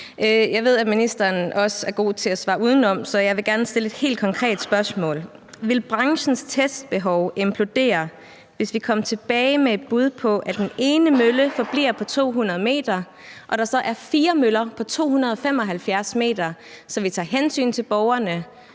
Jeg ved, at ministeren også er god til at svare udenom, så jeg vil gerne stille et helt konkret spørgsmål. Vil branchens testbehov implodere, hvis vi kom tilbage med et bud på, at den ene mølle forbliver på 200 m og der så er fire møller på 275 m, så vi tager hensyn til borgerne,